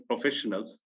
professionals